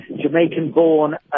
Jamaican-born